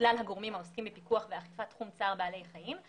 כלל הגורמים העוסקים בפיקוח ואכיפת תחום צער בעלי חיים,